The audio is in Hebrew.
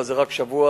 אבל זה רק שבוע